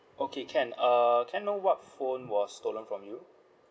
okay can uh can I know what phone was stolen from you